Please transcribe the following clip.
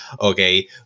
okay